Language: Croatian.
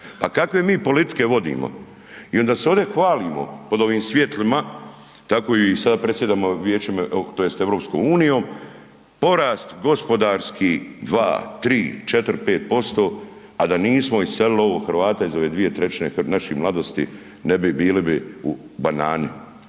A kakve mi politike vodimo i onda se ovdje hvalimo pod ovim svjetlima, tako i sada predsjedamo vijećem tj. EU, porast gospodarski 2, 3, 4, 5%, a da nismo iselili ovo Hrvata iz ove 2/3 naši mladosti, ne bi, bili bi u banani.